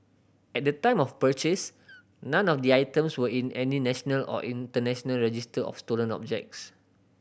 at the time of purchase none of the items were in any national or international register of stolen objects